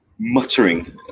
Muttering